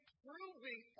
proving